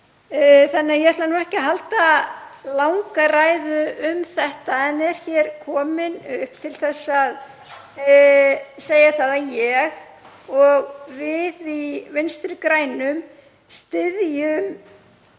atvinnu. Ég ætla ekki að halda langa ræðu um þetta en er komin hér upp til þess að segja það að ég og við í Vinstri grænum styðjum